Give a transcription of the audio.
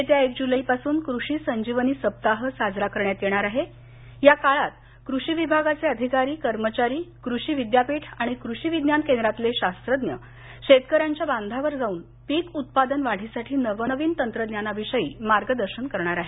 येत्या एक जुलैपासून कृषी संजीवनी सप्ताह साजरा करण्यात येणार असून या काळात कृषी विभागाचे अधिकारी कर्मचारी कृषि विद्यापीठ आणि कृषि विज्ञान केंद्रातले शास्त्रज्ञ शेतकऱ्यांच्या बांधावर जाऊन पीक उत्पादन वाढीसाठी नवनवीन तंत्रज्ञानाविषयी मार्गदर्शन करणार आहेत